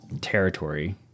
territory